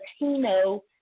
Latino